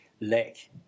lack